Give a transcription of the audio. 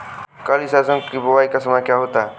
काली सरसो की बुवाई का समय क्या होता है?